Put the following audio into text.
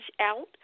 out